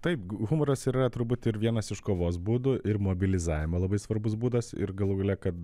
taip humoras yra turbūt ir vienas iš kovos būdų ir mobilizavimo labai svarbus būdas ir galų gale kada